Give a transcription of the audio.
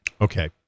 Okay